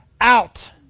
out